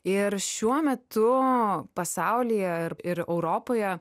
ir šiuo metu pasaulyje ir ir europoje